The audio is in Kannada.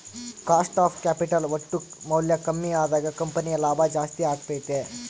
ಕಾಸ್ಟ್ ಆಫ್ ಕ್ಯಾಪಿಟಲ್ ಒಟ್ಟು ಮೌಲ್ಯ ಕಮ್ಮಿ ಅದಾಗ ಕಂಪನಿಯ ಲಾಭ ಜಾಸ್ತಿ ಅಗತ್ಯೆತೆ